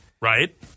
Right